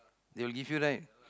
they will give you right